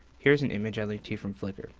here's an image i linked to from flickr.